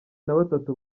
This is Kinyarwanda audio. nabatatu